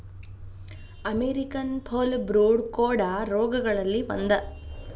American foulbrood ಕೋಡ ರೋಗಗಳಲ್ಲಿ ಒಂದ